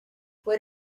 what